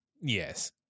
yes